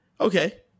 Okay